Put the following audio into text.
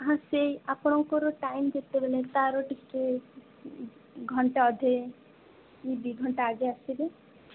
ହଁ ସେଇ ଆପଣଙ୍କର ଟାଇମ କେତେବେଳେ ତାର ଟିକେ ଘଣ୍ଟେ ଅଧେ କି ଦୁଇ ଘଣ୍ଟା ଆଗ ଆସିବେ